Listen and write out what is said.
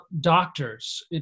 doctors